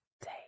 day